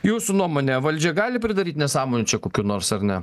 jūsų nuomone valdžia gali pridaryt nesąmonių čia kokių nors ar ne